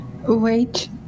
Wait